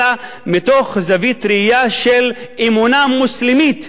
אלא מתוך זווית ראייה של אמונה מוסלמית,